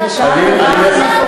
זה מה שהיא אמרה.